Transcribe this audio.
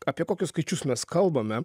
apie kokius skaičius mes kalbame